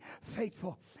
faithful